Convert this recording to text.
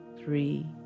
three